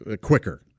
quicker